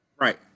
Right